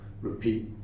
repeat